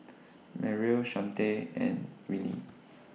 Merrill Shawnte and Wiley